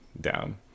down